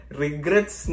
regrets